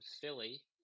Philly